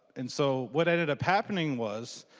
and so what ended up happening was